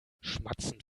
schmatzend